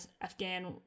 Afghan